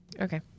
Okay